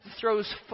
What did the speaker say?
throws